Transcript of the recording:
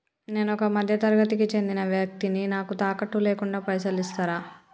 నేను ఒక మధ్య తరగతి కి చెందిన వ్యక్తిని నాకు తాకట్టు లేకుండా పైసలు ఇస్తరా?